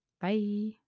Bye